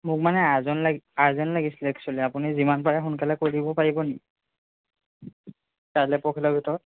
মোক মানে আৰ্জন লাগি আৰ্জেণ্ট লাগিছিলে এক্সোৱেলি আপুনি যিমান পাৰে সোনকালে কৰি দিব পাৰিব নি কাইলৈ পৰহিলৈ ভিতৰত